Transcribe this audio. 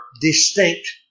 distinct